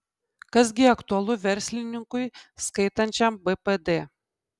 kas gi aktualu verslininkui skaitančiam bpd